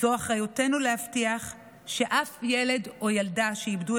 זו אחריותנו להבטיח שאף ילד או ילדה שאיבדו